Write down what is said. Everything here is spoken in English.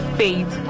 faith